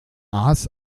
aas